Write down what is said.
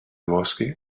bosque